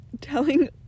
Telling